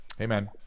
amen